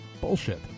bullshit